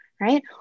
right